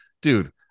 dude